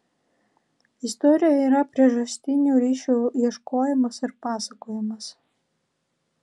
istorija yra priežastinių ryšių ieškojimas ir pasakojimas